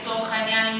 לצורך העניין,